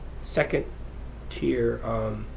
second-tier